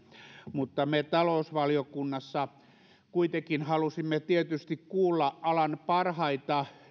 mutta me talousvaliokunnassa halusimme kuitenkin tietysti kuulla alan parhaita